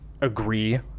agree